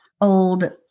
old